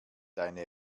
deine